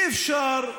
מה לעשות, אי-אפשר,